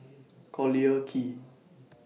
Collyer Quay